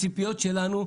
הציפיות שלנו,